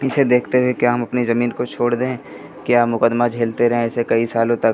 इसे देखते हुए क्या हम अपनी ज़मीन को छोड़ दें क्या हम मुक़दमा झेलते रहें ऐसे कई सालों तक